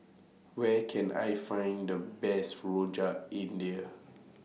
Where Can I Find The Best Rojak India